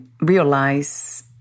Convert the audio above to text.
realize